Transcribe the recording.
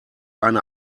eine